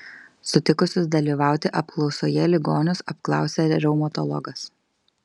sutikusius dalyvauti apklausoje ligonius apklausė reumatologas